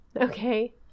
Okay